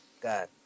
God